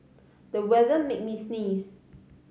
the weather made me sneeze